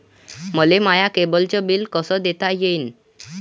मले माया केबलचं बिल कस देता येईन?